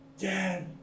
Dad